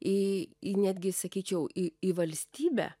į į netgi sakyčiau į į valstybę